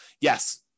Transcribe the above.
yes